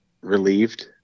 relieved